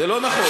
זה לא נכון.